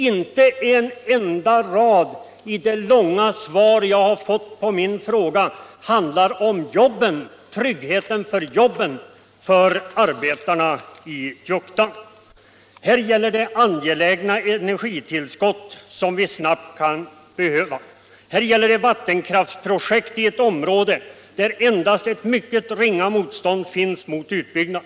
Inte en enda rad i det långa svar jag fått på min fråga handlar om tryggheten i jobben för arbetarna i Juktan. Det gäller här också angelägna energitillskott, som vi snabbt kan behöva. Här gäller det ett vattenkraftsprojekt i ett område, där det endast finns ett mycket ringa motstånd mot en utbyggnad.